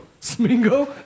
Smingo